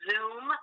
Zoom